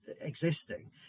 existing